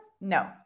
No